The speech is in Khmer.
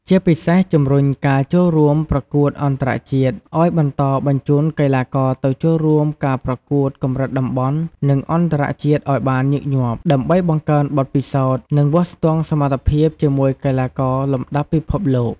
ជាពិសេសជំរុញការចូលរួមប្រកួតអន្តរជាតិឲ្យបន្តបញ្ជូនកីឡាករទៅចូលរួមការប្រកួតកម្រិតតំបន់ និងអន្តរជាតិឱ្យបានញឹកញាប់ ដើម្បីបង្កើនបទពិសោធន៍ និងវាស់ស្ទង់សមត្ថភាពជាមួយកីឡាករលំដាប់ពិភពលោក។